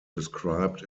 described